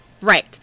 Right